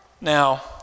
Now